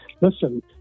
listen